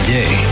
day